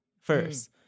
first